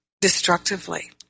destructively